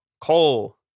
coal